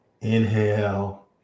inhale